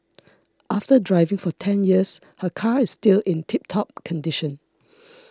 after driving for ten years her car is still in tip top condition